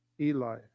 Eli